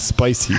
Spicy